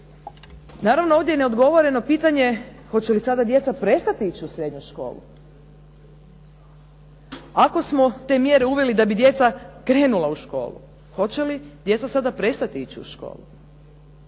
Naravno ovdje neodgovoreno pitanje hoće li sada djeca prestati ići u srednju školu. Ako smo te mjere uveli da bi djeca krenula u školu, hoće li sada djeca prestati ići u školu.